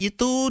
Itu